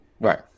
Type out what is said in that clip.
Right